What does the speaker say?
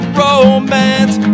romance